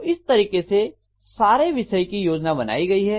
तो इस तरीके से सारे विषय की योजना बनाई गई है